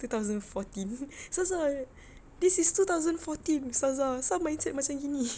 two thousand fourteen ustazah this is two thousand fourteen ustazah asal mindset macam gini